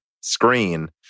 screen